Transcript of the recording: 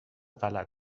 غلط